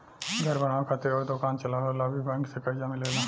घर बनावे खातिर अउर दोकान चलावे ला भी बैंक से कर्जा मिलेला